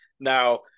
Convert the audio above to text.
Now